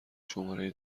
شماره